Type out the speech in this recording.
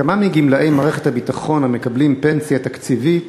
1. כמה מגמלאי מערכת הביטחון המקבלים פנסיה תקציבית